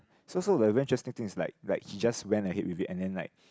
so so the very interesting things is like like he just went ahead with it and then like